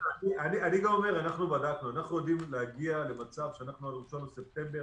אנחנו בדקנו: אנחנו יודעים להגיע למצב שעד 1 בספטמבר